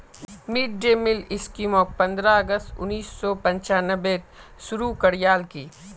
mid day meal स्कीमक पंद्रह अगस्त उन्नीस सौ पंचानबेत शुरू करयाल की